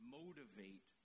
motivate